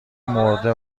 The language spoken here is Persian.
مرده